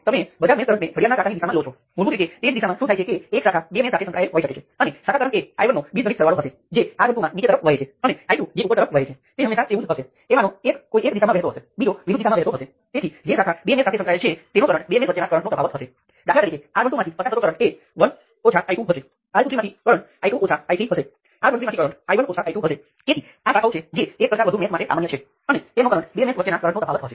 હવે બધી વાસ્તવિક સર્કિટમાં વચ્ચે ક્યાંક આવેલા હોય છે પરંતુ મોટાભાગે મને લાગે છે કે તમે નોડલ વિશ્લેષણ શુદ્ધ સમીકરણો સાથે સમાપ્ત થશે